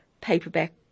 paperback